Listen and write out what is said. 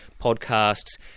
podcasts